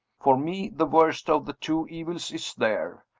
for me, the worst of the two evils is there.